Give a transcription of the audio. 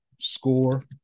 score